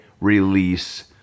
release